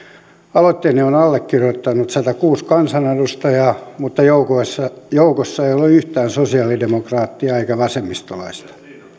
aloitteeni on allekirjoittanut satakuusi kansanedustajaa mutta joukossa joukossa ei ole yhtään sosiaalidemokraattia eikä vasemmistolaista